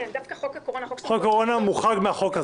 דווקא חוק הקורונה ---- חוק הקורונה מוחרג מהחוק הזה,